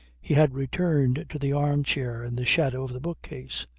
he had returned to the arm-chair in the shadow of the bookcase.